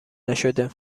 نشده